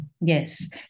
Yes